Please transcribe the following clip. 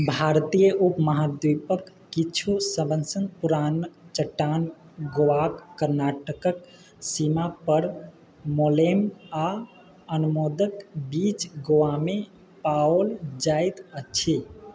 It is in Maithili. भारतीय उपमहाद्वीपक किछु सबसँ पुरान चट्टान गोवाके कर्नाटकके सीमा पर मोलेम आ अनमोदक बीच गोवामे पाओल जाइत अछि